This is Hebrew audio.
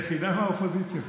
את היחידה מהאופוזיציה פה.